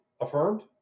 affirmed